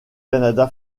canada